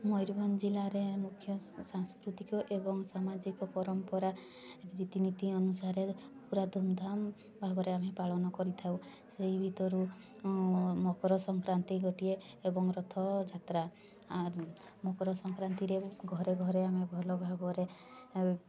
ମୟୁରଭଞ୍ଜ ଜିଲ୍ଲାରେ ମୁଖ୍ୟ ସାଂସ୍କୃତିକ ଏବଂ ସାମାଜିକ ପରମ୍ପରା ରୀତିନୀତି ଅନୁସାରେ ପୁରା ଧୁମଧାମ୍ ଭାବରେ ଆମେ ପାଳନ କରିଥାଉ ସେହି ଭିତରୁ ମକର ସଂକ୍ରାନ୍ତି ଗୋଟିଏ ଏବଂ ରଥଯାତ୍ରା ମକର ସଂକ୍ରାନ୍ତିରେ ଘରେ ଘରେ ଆମେ ଭଲ ଭାବରେ